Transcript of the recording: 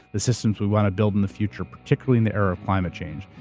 the systems we want to build in the future, particularly in the era of climate change.